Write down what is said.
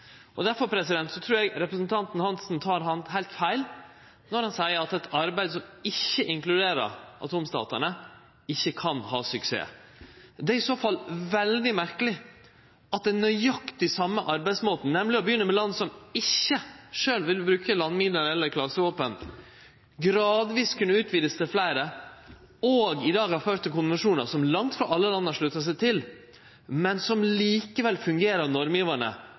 trur eg representanten Hansen tek heilt feil når han seier at eit arbeid som ikkje inkluderer atomstatane, ikkje kan ha suksess. Det er i så fall veldig merkeleg at nøyaktig den same arbeidsmåten – nemleg å begynne med land som ikkje sjølv ville bruke landminer eller klasevåpen, og gradvis utvide til fleire – i dag har ført til konvensjonar som langt frå alle land har slutta seg til, men som likevel fungerer